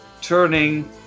turning